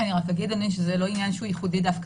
רק אגיד אני זה לא עניין שהוא ייחודי דווקא